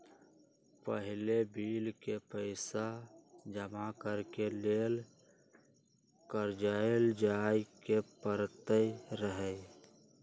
पहिले बिल के पइसा जमा करेके लेल कर्जालय जाय के परैत रहए